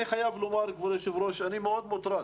אני חייב לומר, כבוד היושב ראש, שאני מאוד מוטרד.